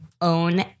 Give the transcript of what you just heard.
own